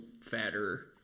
fatter